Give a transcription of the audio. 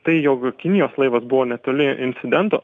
tai jog kinijos laivas buvo netoli incidento